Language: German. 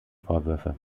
vorwürfe